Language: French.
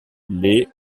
les